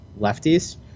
lefties